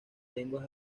lenguas